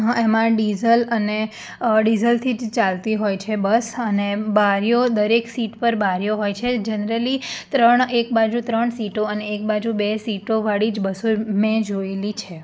હા એમાં ડીઝલ અને ડીઝલથી જ ચાલતી હોય છે બસ અને બારીઓ દરેક સીટ પર બારીઓ હોય છે જનરલી ત્રણ એક બાજુ ત્રણ સીટો અને એક બાજુ બે સીટોવાળી જ બસો મેં જોયેલી છે